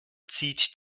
zieht